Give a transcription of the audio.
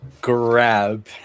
grab